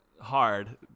Hard